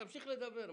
תמשיך לדבר.